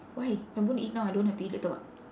why I'm gonna eat now I don't have to eat later [what]